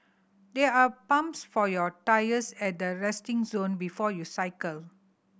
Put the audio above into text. there are pumps for your tyres at the resting zone before you cycle